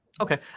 Okay